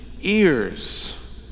ears